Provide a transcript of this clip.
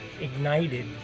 ignited